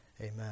amen